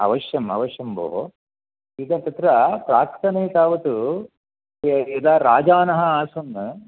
अवश्यमवश्यं भोः इदं तत्र प्राक्तने तावत् य यदा राजानः आसन्